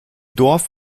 dorf